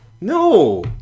No